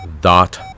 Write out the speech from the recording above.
dot